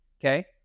okay